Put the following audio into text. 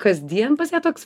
kasdien pas ją toks